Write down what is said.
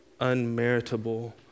unmeritable